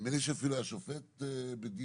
נדמה לי שאפילו היה שופט בדימוס,